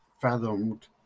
fathomed